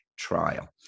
trial